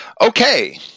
Okay